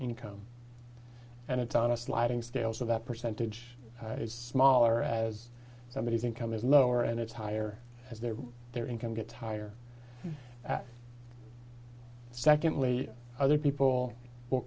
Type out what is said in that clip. income and it's on a sliding scale so that percentage is smaller as somebody income is lower and it's higher as their their income gets higher and secondly other people w